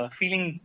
feeling